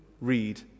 read